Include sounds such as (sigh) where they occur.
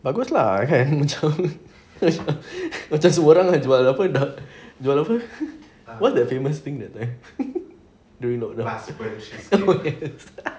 bagus lah kan macam macam semua orang jual apa jual apa what's that famous thing they make during lockdown (laughs)